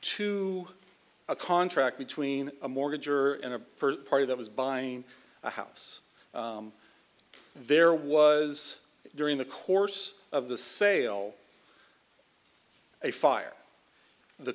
to a contract between a mortgage or a party that was buying a house there was during the course of the sale a fire the